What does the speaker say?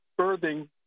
birthing